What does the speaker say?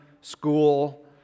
school